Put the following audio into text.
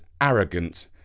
arrogant